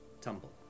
tumble